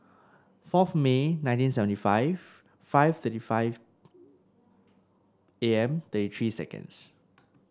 fourth May nineteen seventy five five thirty five A M then three seconds